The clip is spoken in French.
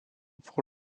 pour